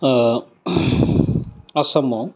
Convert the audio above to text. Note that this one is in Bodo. अह आसामाव